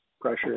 pressure